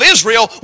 Israel